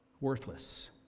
Worthless